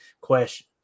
question